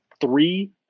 three